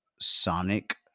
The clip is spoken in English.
Sonic